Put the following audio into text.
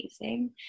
amazing